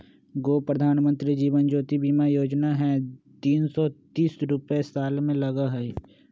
गो प्रधानमंत्री जीवन ज्योति बीमा योजना है तीन सौ तीस रुपए साल में लगहई?